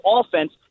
offense